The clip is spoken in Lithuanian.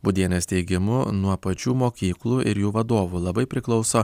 būdienės teigimu nuo pačių mokyklų ir jų vadovų labai priklauso